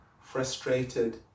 frustrated